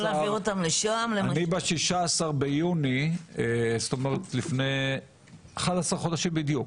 ב-16 ביוני, לפני 11 חודשים בדיוק,